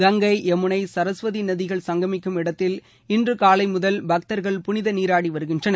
கங்கை யமுனை சரஸ்வதி நதிகள் சங்கமிக்கும் இடத்தில் இன்று காலை முதல் பக்தர்கள் புனித நீராடி வருகின்றனர்